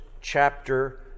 chapter